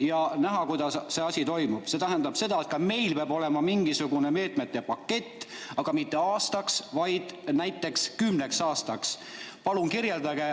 ja näha, kuidas see asi toimub. See tähendab seda, et ka meil peab olema mingisugune meetmete pakett, aga mitte aastaks, vaid näiteks kümneks aastaks. Palun kirjeldage,